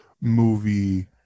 movie